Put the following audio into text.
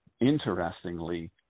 interestingly